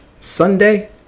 Sunday